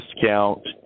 discount